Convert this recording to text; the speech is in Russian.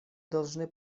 должны